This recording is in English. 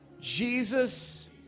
Jesus